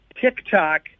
TikTok